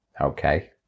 Okay